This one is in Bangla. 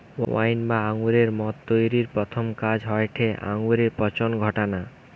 ওয়াইন বা আঙুরের মদ তৈরির প্রথম কাজ হয়টে আঙুরে পচন ঘটানা